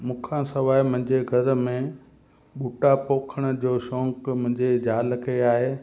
मूंखां सवाइ मुंहिंजे घर में बूटा पोखण जो शौक़ु मुंहिंजे ज़ाल खे आहे